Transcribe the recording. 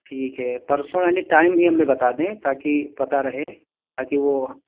ٹھیک ہے پرسوں یعنی ٹائم بھی ہمیں بتا دیں تاکہ پتہ رہے تاکہ وہ